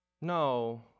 No